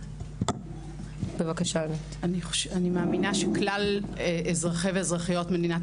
אני מאמינה שכלל אזרחי ואזרחיות מדינת